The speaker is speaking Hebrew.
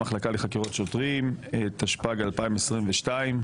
המחלקה לחקירות שוטרים תשפ"א 2022,